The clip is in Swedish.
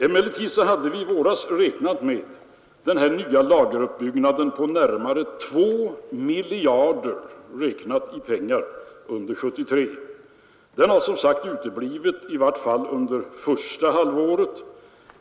Emellertid hade vi i våras räknat med att den nya lageruppbyggnaden under 1973 skulle uppgå till närmare två miljarder räknat i pengar. Den har som sagt uteblivit, i vart fall under första halvåret.